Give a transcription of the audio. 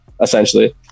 essentially